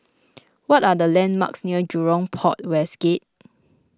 what are the landmarks near Jurong Port West Gate